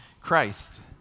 Christ